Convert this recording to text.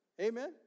Amen